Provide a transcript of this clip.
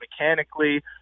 mechanically